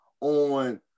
on